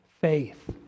faith